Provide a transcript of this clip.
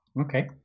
Okay